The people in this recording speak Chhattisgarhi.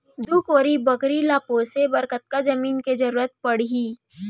दू कोरी बकरी ला पोसे बर कतका जमीन के जरूरत पढही?